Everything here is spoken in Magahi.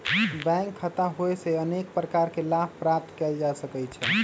बैंक खता होयेसे अनेक प्रकार के लाभ प्राप्त कएल जा सकइ छै